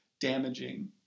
damaging